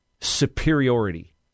superiority